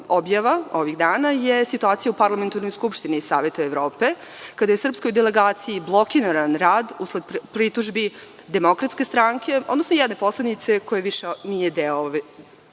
objava ovih dana je situacija u Parlamentarnoj skupštini Saveta Evrope, kada je srpskoj delegaciji blokiran rad usled pritužbi DS, odnosno jedne poslanice koja više nije deo ove